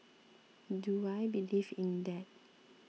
do I believe in that